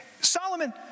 Solomon